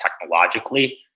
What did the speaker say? technologically